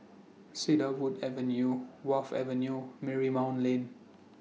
Cedarwood Avenue Wharf Avenue Marymount Lane